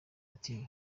ati